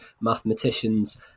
mathematicians